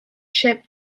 ship